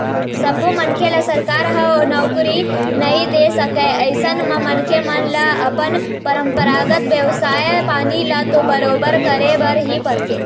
सब्बो मनखे ल सरकार ह नउकरी नइ दे सकय अइसन म मनखे मन ल अपन परपंरागत बेवसाय पानी ल तो बरोबर करे बर ही परथे